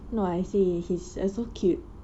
no I say he he's also cute